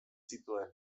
zituen